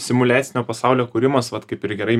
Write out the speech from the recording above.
simuliacinio pasaulio kūrimas vat kaip ir gerai